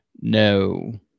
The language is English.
No